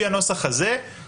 יש נסיבות שונות לכל דבר חקיקה.